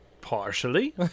Partially